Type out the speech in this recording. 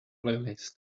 playlist